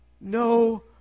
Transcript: no